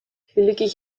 gelukkig